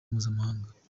mpuzamahanga